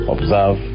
Observe